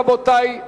רבותי,